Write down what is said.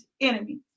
enemies